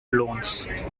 loans